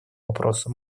вопросу